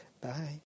bye